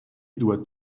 doit